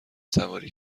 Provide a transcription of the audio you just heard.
سواری